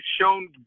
shown